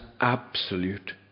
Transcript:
absolute